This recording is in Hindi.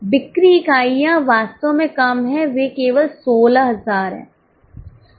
बिक्री इकाइयाँ वास्तव में कम हैं वे केवल 16000 हैं